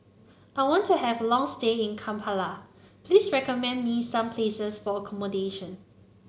I want to have a long stay in Kampala please recommend me some places for accommodation